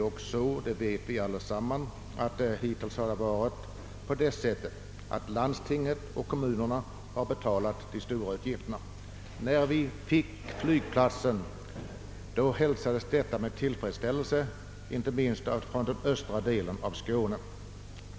Vi vet ju alla att det hittills har varit på det sättet, att landstinget och kommunerna har betalat de stora utgifterna. När vi fick flygplatsen hälsades detta med tillfredsställelse, inte minst i den östra delen av Skåne.